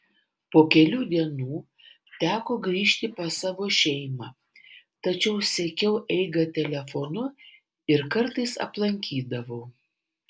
po kelių dienų teko grįžti pas savo šeimą tačiau sekiau eigą telefonu ir kartais aplankydavau